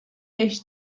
beş